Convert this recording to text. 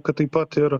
kad taip pat ir